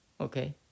Okay